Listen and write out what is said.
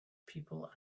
people